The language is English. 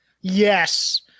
yes